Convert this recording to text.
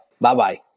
Bye-bye